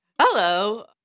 Hello